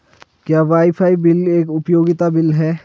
क्या wifi bill एक उपयोगिता बिल है?